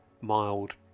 mild